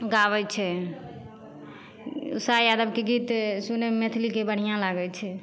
गाबै छै उषा यादवके गीत सुनैमे मैथिलीके बढ़िआँ लागै छै